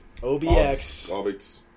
OBX